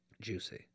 Juicy